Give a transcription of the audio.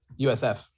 USF